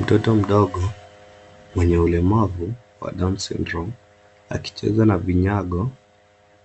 Mtoto mdogo mwenye ulemavu wa down syndrome akicheza na vinyago